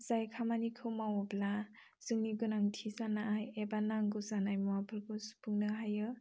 जाय खामानिखौ मावोब्ला जोंनि गोनांथि जानाय एबा नांगौ जानाय मुवाफोरखौ सुफुंनो हायो